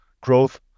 growth